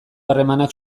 harremanak